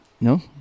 no